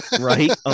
right